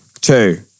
Two